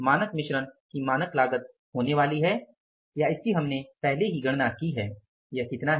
मानक मिश्रण की मानक लागत होने वाली है या इसकी हमने पहले ही गणना की है यह कितना है